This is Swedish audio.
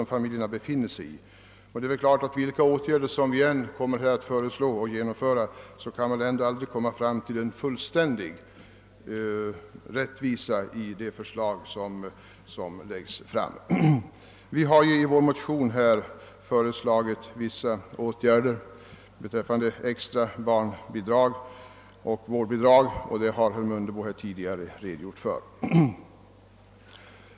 Men vilka åtgärder vi än kommer att föreslå och genomföra kan vi väl ändå aldrig komma fram till fullständig rättvisa. Vi har i vår motion förslagit vissa åtgärder beträffande extra barnbidrag och vårdbidrag, och det förslaget har herr Mundebo tidigare redogjort för.